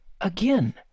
Again